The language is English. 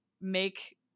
make